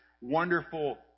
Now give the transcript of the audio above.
wonderful